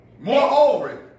Moreover